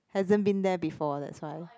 hasn't been there before that's why